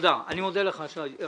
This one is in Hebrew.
אני מודה לך, שי.